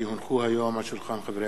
כי הונחו היום על שולחן הכנסת,